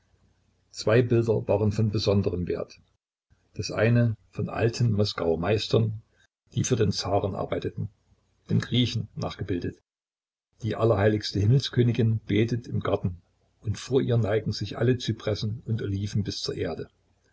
zwei bilder waren von besonderem wert das eine von alten moskauer meistern die für den zaren arbeiteten den griechen nachgebildet die allerheiligste himmelskönigin betet im garten und vor ihr neigen sich alle zypressen und oliven bis zur erde